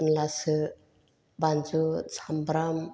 होमब्लासो बानजु सामब्राम